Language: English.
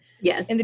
Yes